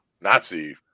nazi